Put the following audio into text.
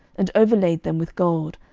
and overlaid them with gold,